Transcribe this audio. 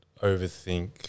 overthink